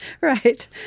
right